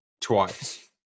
twice